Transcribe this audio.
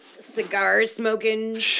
Cigar-smoking